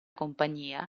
compagnia